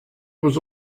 was